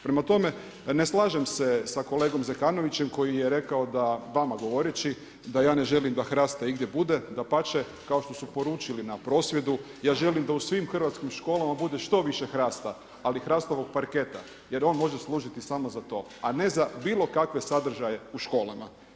Prema tome, ne slažem se sa kolegom Zekanovićem koji je rekao, vama govoreći, da ja ne želim da HRAST-a igdje bude, dapače, kao što su poručili na prosvjedu, ja želim da u svim hrvatskim školama bude što više HRAST-a, ali hrastovog parketa jer on može služiti samo za to, a ne za bilo kakve sadržaje u školama.